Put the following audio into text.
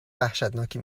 وحشتناکی